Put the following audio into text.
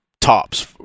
tops